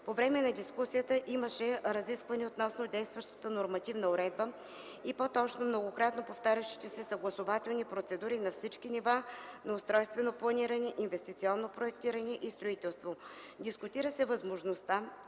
По време на дискусията имаше разискване относно действащата нормативна уредба и по-точно многократно повтарящите се съгласувателни процедури на всички нива на устройствено планиране, инвестиционно проектиране и строителство. Дискутира се възможността